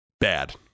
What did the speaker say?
bad